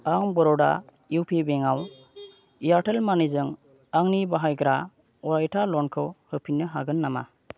आं बर'डा इउपि बेंकआव एयारटेल मानिजों आंनि बाहायग्रा अरायथा ल'नखौ होफिननो हागोन नामा